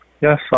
Yes